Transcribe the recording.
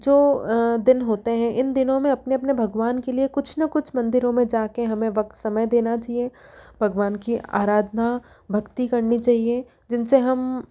जो दिन होते हैं इन दिनों में अपने अपने भगवान के लिए कुछ न कुछ मंदिरों में जा के हमें वक्त समय देना चाहिए भगवान की आराधना भक्ति करनी चाहिए जिनसे हम